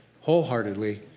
wholeheartedly